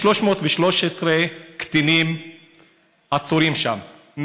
יש 313 קטינים שעצורים שם,